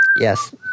Yes